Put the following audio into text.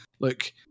look